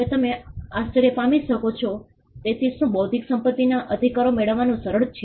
હવે તમે આશ્ચર્ય પામી શકો છો તેથી શું બૌદ્ધિક સંપત્તિના અધિકારો મેળવવાનું સરળ છે